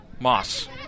Moss